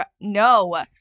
no